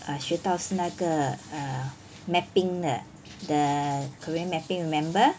uh 学到是那个 err mapping 的 the korean mapping remember